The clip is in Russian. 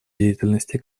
деятельности